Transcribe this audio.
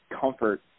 comfort